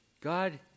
God